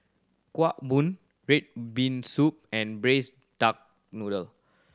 Kueh Bom red bean soup and Braised Duck Noodle